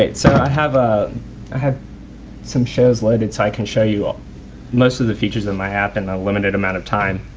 so i have ah i have some shows loaded so i can show you ah most of the features in my app in a limited amount of time.